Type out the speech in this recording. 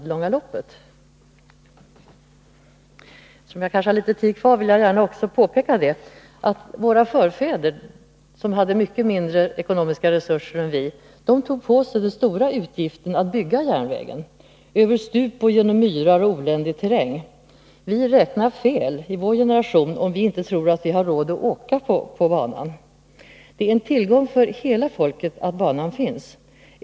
Eftersom jag har litet tid kvar vill jag gärna också påpeka att våra förfäder, som hade mycket mindre ekonomiska resurser än vi, tog på sig den stora utgiften att bygga järnvägen — över stup, genom myrar och oländig terräng. Vi i vår generation räknar fel, om vi inte tror att vi har råd att åka på banan. Det är en tillgång för hela folket att banan finns.